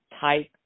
type